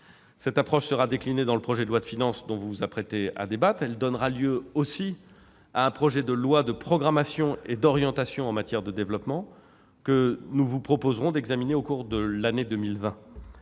Cette approche sera déclinée dans le projet de loi de finances dont vous débattrez bientôt. Elle donnera lieu aussi à un projet de loi de programmation et d'orientation en matière de développement ; nous vous proposerons de l'examiner au cours de l'année 2020.